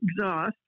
exhaust